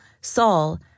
Saul